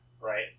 Right